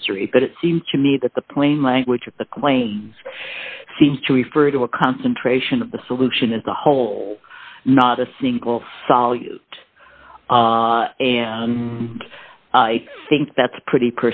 history but it seems to me that the plain language of the claims seems to refer to a concentration of the solution as a whole not a single solid i think that's pretty